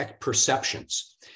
perceptions